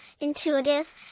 intuitive